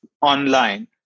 online